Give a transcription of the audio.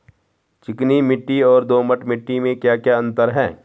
चिकनी मिट्टी और दोमट मिट्टी में क्या क्या अंतर है?